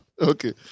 Okay